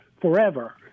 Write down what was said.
forever